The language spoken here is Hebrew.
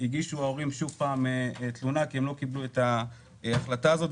ההורים הגישו שוב פעם תלונה כי הם לא קיבלו את ההחלטה הזאת,